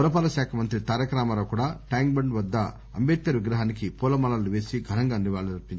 పురపాలక శాఖ మంత్రి తారక రామారావు కూడా టాంక్ బండ్ వద్ద అంబేద్కర్ విగ్రహానికి పూలమాలలు వేసి ఘనంగా నివాళులర్పించారు